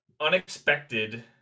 unexpected